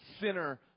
sinner